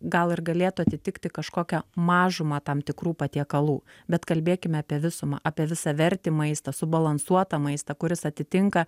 gal ir galėtų atitikti kažkokią mažumą tam tikrų patiekalų bet kalbėkime apie visumą apie visavertį maistą subalansuotą maistą kuris atitinka